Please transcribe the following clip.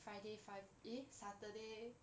friday five err saturday